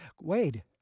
Wade